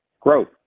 growth